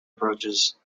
approaches